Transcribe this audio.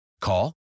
Call